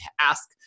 ask